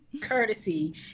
courtesy